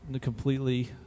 completely